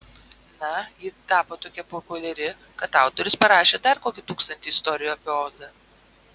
na ji tapo tokia populiari kad autorius parašė dar kokį tūkstantį istorijų apie ozą